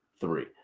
three